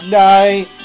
night